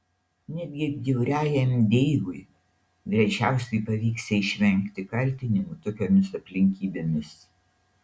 netgi bjauriajam deivui greičiausiai pavyksią išvengti kaltinimų tokiomis aplinkybėmis